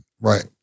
right